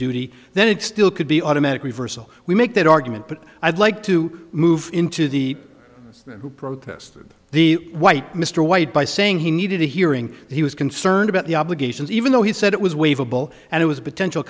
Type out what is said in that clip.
duty then it still could be automatic reversal we make that argument but i'd like to move into the who protested the white mr white by saying he needed a hearing he was concerned about the obligations even though he said it was waive a bill and it was a potential